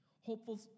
Hopeful